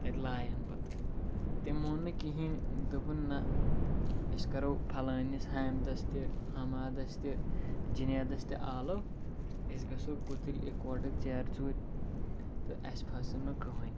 تَتہِ لایَن پَتہٕ تٔمۍ مون نہٕ کِہیٖنۍ دوٚپُن نہ أسۍ کَرو پھَلٲنِس ہامِدَس تہِ حمادَس تہِ جنیدَس تہِ آلو أسۍ گژھو گوٚتٕلۍ اِکوٹٕکۍ ژیرٕ ژوٗر تہٕ اَسہِ پھسن نہٕ کٕہٕنۍ